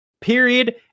period